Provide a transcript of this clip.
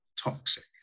toxic